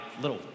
little